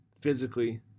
physically